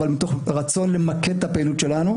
אלא מתוך רצון למקד את הפעילות שלנו.